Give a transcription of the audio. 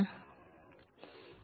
மற்றும் ஆம்